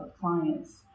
clients